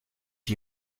die